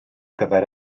gyfer